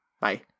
bye